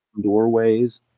doorways